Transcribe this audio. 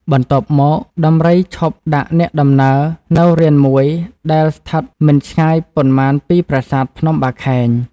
បន្ទាប់មក ដំរីឈប់ដាក់អ្នកដំណើរនៅរានមួយដែលស្ថិតមិនឆ្ងាយប៉ុន្មានពីប្រាសាទ ភ្នំបាខែង ។